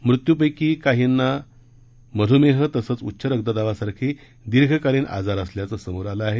मृत्यूंपैकी काहींना मधुमेह तसेच उच्च रक्तदाबा सारखे दीर्घकालीन आजारा असल्याचे समोर आले आहे